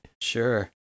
Sure